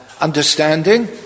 understanding